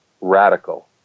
radical